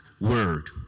word